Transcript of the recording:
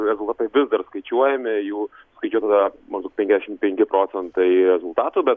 rezultatai vis dar skaičiuojami jų yra maždaug penkiasdešim penki procentai rezultatų bet